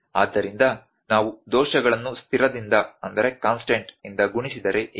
ಆದ್ದರಿಂದ ನಾವು ದೋಷಗಳನ್ನು ಸ್ಥಿರದಿಂದ ಗುಣಿಸಿದರೆ ಏನು